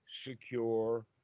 secure